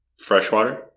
Freshwater